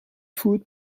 food